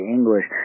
English